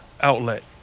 outlet